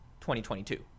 2022